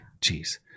Jeez